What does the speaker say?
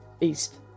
East